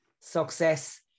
success